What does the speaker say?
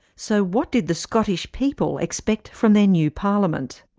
so what did the scottish people expect from their new parliament?